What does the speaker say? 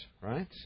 right